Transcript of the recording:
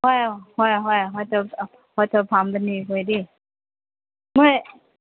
ꯍꯣꯏ ꯍꯣꯏ ꯍꯣꯏ ꯍꯣꯏ ꯃꯣꯏ